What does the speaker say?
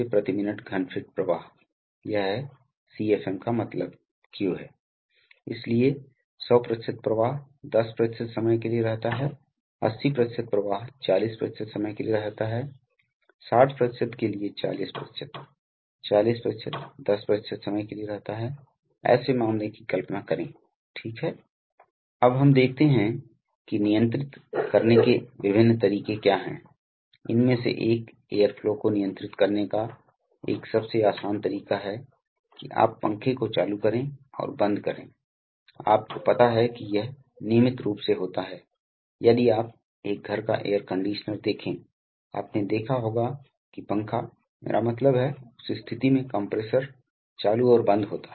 प्रतीक का उपयोग हाइड्रोलिक के समान हैं इसलिए कंप्रेसर इस तरह है केवल ध्यान दें कि त्रिकोण खोखला है हाइड्रोलिक्स के मामले में त्रिकोण ठोस था क्योंकि यह तेल था तो आपके पास फिल्टर मोटर हाइड्रोलिक मोटर है इलेक्ट्रिक मोटर या बल्कि यह न्यूमेटिक्स मोटर है तो दिशा नियंत्रण वाल्व दबाव स्विच और दबाव नापने का यंत्र दबाव गेज का उपयोग न्यूमेटिक्स में विभिन्न बिंदुओं पर किया जाता है या तो दबाव प्रतिक्रिया करने के लिए दबाव मान उन्हें और निश्चित रूप से पढ़ने के लिए हैं